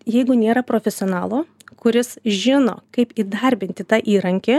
jeigu nėra profesionalo kuris žino kaip įdarbinti tą įrankį